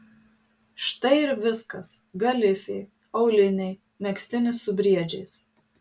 štai ir viskas galifė auliniai megztinis su briedžiais